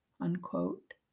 unquote